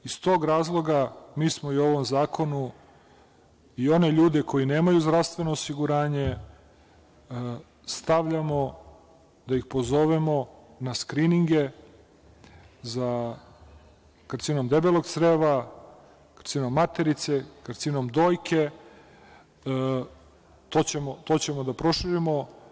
Iz tog razloga, mi smo i u ovom zakonu i one ljude koji nemaju zdravstveno osiguranje stavili da ih pozovemo na skrininge za karcinom debelog creva, karcinom materice, karcinom dojke, to ćemo da proširimo.